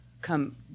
come